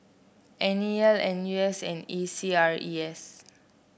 N E L N U S and A C R E S